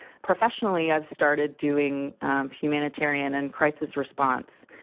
professionally, i've started doing humanitarian and crisis response,